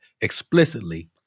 explicitly